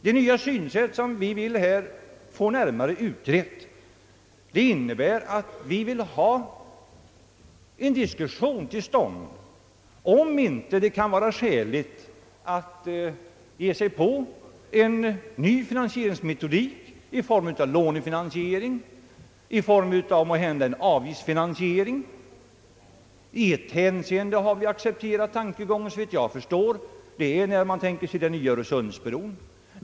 Det nya synsätt som vi på denna punkt vill få närmare utrett innebär att vi vill få till stånd en diskussion om det inte vore skäligt att ge sig på en ny finansieringsmetodik i form av lånefinansiering, måhända avgiftsfinansiering. I ett hänseende har vi accepterat tankegången, såvitt jag förstår. Det gäller den nya Öresundsbron.